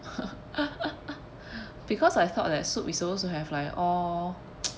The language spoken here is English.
because I thought that soup is supposed to have like all